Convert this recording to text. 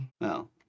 No